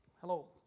Hello